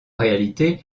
réalité